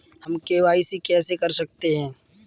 हम के.वाई.सी कैसे कर सकते हैं?